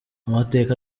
amateka